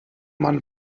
man